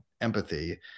empathy